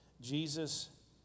Jesus